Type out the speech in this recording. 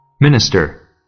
Minister